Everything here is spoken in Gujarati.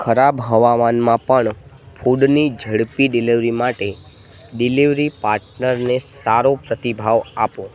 ખરાબ હવામાનમાં પણ ફૂડની ઝડપી ડિલેવરી માટે ડિલેવરી પાટનરને સારો પ્રતિભાવ આપો